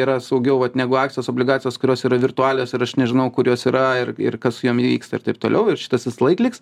yra saugiau vat negu akcijos obligacijos kurios yra virtualios ir aš nežinau kurios yra ir ir kas su jom įvyksta ir taip toliau ir šitas visąlaik liks